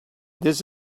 this